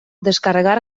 descarregar